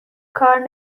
کار